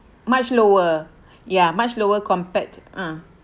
much lower ya much lower compared to uh